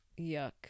Yuck